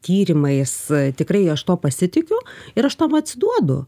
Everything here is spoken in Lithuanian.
tyrimais tikrai aš tuo pasitikiu ir aš tam atsiduodu